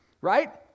right